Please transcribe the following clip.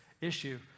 issue